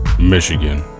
Michigan